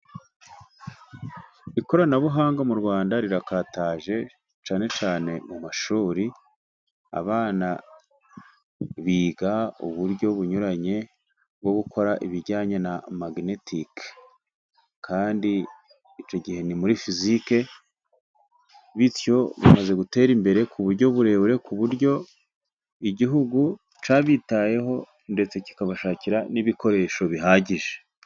Ikoranabuhanga mu Rwanda rirakataje, cyane cyane mu mashuri, abana biga uburyo bunyuranye bwo gukora ibijyanye na maginetike. Kandi icyo gihe ni muri Fizike, bityo bamaze gutera imbere ku buryo burebure, ku buryo igihugu cyabitayeho, ndetse kikabashakira n'ibikoresho bihagije.